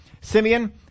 Simeon